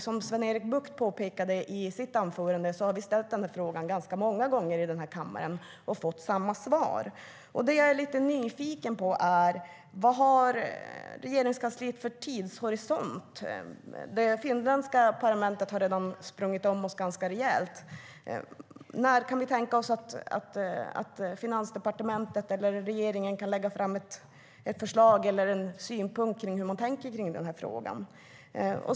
Som Sven-Erik Bucht påpekade i sitt anförande har vi ställt frågan ganska många gånger här i kammaren och fått samma svar. Det jag är lite nyfiken på är: Vad har Regeringskansliet för tidshorisont? Det finländska parlamentet har redan sprungit om oss ganska rejält. När kan vi tänka oss att Finansdepartementet eller regeringen kan lägga fram ett förslag eller en synpunkt om den här frågan?